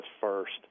First